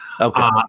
Okay